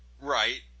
Right